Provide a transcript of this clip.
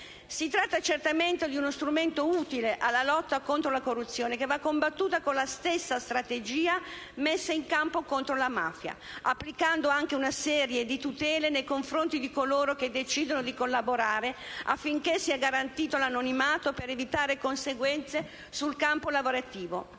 Si tratta certamente di uno strumento utile alla lotta contro la corruzione, che va combattuta con la stessa strategia messa in campo contro la mafia, applicando anche una serie di tutele nei confronti di coloro che decidono di collaborare, affinché sia garantito l'anonimato per evitare conseguenze sul campo lavorativo.